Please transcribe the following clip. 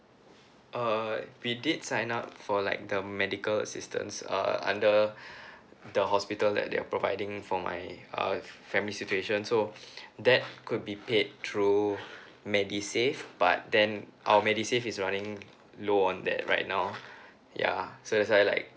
uh we did sign up for like the medical assistance uh under the hospital that they're providing for my uh family situation so that could be paid through medisave but then our medisave is running low on that right now yeah so that's why like